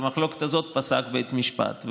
במחלוקת הזו פסק בית משפט.